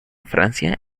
francia